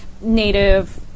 native